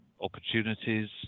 opportunities